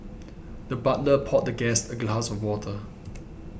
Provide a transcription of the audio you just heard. the butler poured the guest a glass of water